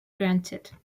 granted